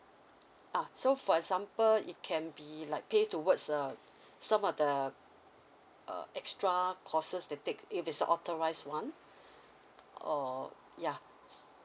ah so for example it can be like pay towards uh some of the uh extra costes they take if it's authorise one or ya